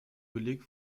beleg